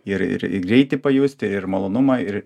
ir ir greitį pajusti ir malonumą ir